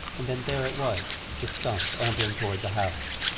and then there it was, the skunk, ambling toward the house.